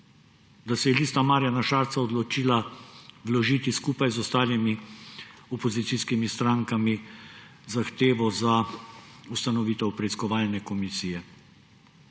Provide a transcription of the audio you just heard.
da se je Lista Marjana Šarca odločila vložiti skupaj z ostalimi opozicijskimi strankami zahtevo za ustanovitev preiskovalne komisije.